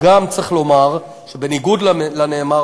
צריך גם לומר שבניגוד לנאמר,